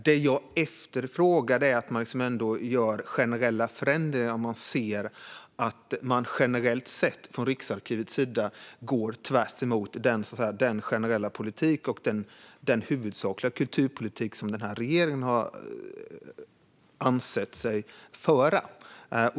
Det jag efterfrågar är att man gör generella förändringar när man ser att Riksarkivet går tvärsemot den generella politik och den huvudsakliga kulturpolitik som den här regeringen har ansett sig föra.